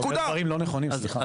אתה אומר דברים לא נכונים, סליחה.